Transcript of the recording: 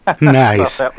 Nice